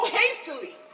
hastily